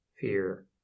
fear